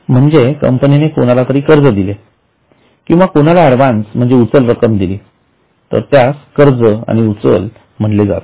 म्हणजे जर कंपनीने कोणालातरी कर्ज दिले किंवा कोणाला ऍडव्हान्स म्हणजे उचल रक्कम दिली तर त्यास कर्ज आणि उचल म्हणले जाते